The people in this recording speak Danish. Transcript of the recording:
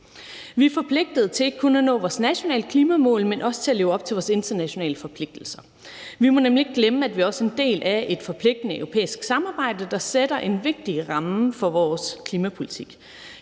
Vi er forpligtet til ikke kun at nå vores nationale klimamål, men også selv leve op til vores internationale forpligtelser. Vi må nemlig ikke glemme, at vi også er en del af et forpligtende europæisk samarbejde, der sætter en vigtig ramme for vores klimapolitik.